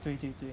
对对对